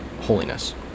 holiness